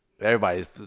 Everybody's